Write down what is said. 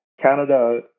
Canada